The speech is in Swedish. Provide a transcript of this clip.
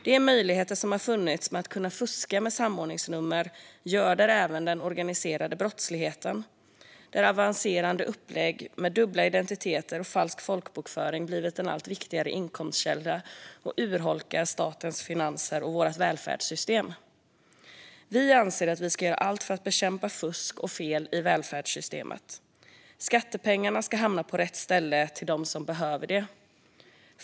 De möjligheter att fuska med samordningsnummer som har funnits göder även den organiserade brottsligheten, där avancerade upplägg med dubbla identiteter och falsk folkbokföring blivit en allt viktigare inkomstkälla och urholkar statens finanser och vårt välfärdssystem. Vi anser att staten ska göra allt den kan för att bekämpa fusk och fel i välfärdssystemet. Skattepengarna ska hamna på rätt ställen och gå till dem som behöver det.